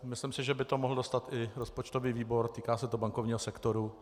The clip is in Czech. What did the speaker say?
Myslím si, že by to mohl dostat i rozpočtový výbor, týká se to bankovního sektoru.